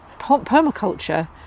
permaculture